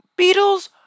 Beatles